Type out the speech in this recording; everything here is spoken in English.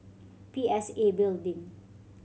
P S A Building